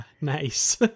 Nice